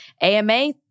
AMA